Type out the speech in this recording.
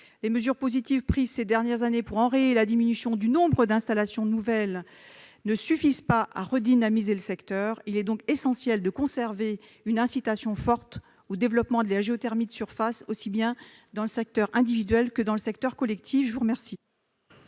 Les mesures positives prises ces dernières années pour enrayer la diminution du nombre d'installations nouvelles ne suffisent pas à redynamiser le secteur. Il est donc essentiel de conserver une incitation forte au développement de la géothermie de surface, aussi bien dans le secteur de l'habitat individuel que dans celui du logement collectif. La parole